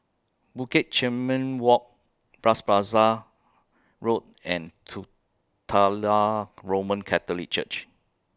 Bukit Chermin Walk Bras Basah Road and two Titular Roman Catholic Church